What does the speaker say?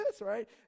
right